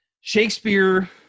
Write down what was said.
Shakespeare